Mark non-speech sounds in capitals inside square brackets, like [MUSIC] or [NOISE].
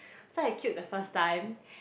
[BREATH] so I queued the first time